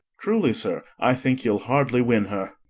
truly, sir, i think you'll hardly win her.